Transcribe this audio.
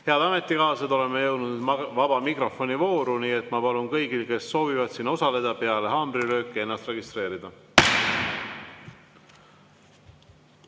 Head ametikaaslased, oleme nüüd jõudnud vaba mikrofoni vooru, nii et ma palun kõigil, kes soovivad siin osaleda, peale haamrilööki ennast registreerida.